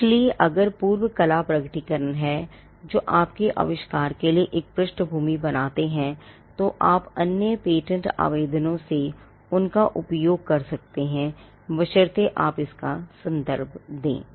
इसलिए अगर पूर्व कला प्रकटीकरण हैं जो आपके आविष्कार के लिए एक पृष्ठभूमि बनाते हैं तो आप अन्य पेटेंट आवेदनों से उनका उपयोग कर सकते हैं बशर्ते आप इसका संदर्भ दें